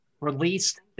released